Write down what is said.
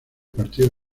partido